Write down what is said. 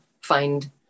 find